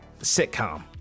sitcom